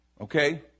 okay